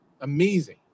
Amazing